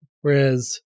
Whereas